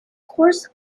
course